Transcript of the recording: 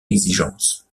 exigence